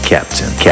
Captain